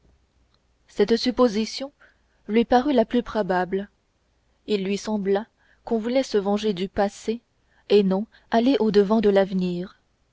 cette supposition lui parut la plus probable il lui sembla qu'on voulait se venger du passé et non aller au-devant de l'avenir